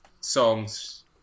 songs